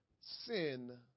sin